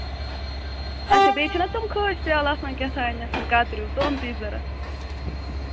اَچھا بیٚیہِ چھِناہ تِم کھٲسۍ پیٛالہٕ آسان کیٛاہ تام کَتریو تِم تہِ چھِ ضروٗرت